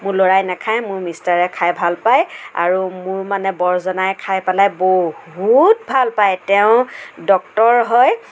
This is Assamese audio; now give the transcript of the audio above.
মোৰ ল'ৰাই নাখায় মোৰ মিষ্টাৰে খায় ভাল পায় আৰু মোৰ মানে বৰজনাই খায় পেলাই বহুত ভাল পায় তেওঁ ডক্তৰ হয়